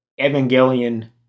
Evangelion